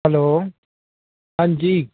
hello ਹਾਂਜੀ